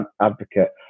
advocate